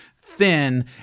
thin